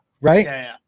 right